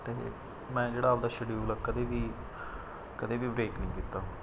ਅਤੇ ਮੈਂ ਜਿਹੜਾ ਆਪਣਾ ਸ਼ਡਿਊਲ ਆ ਕਦੇ ਵੀ ਕਦੇ ਵੀ ਬਰੇਕ ਨਹੀਂ ਕੀਤਾ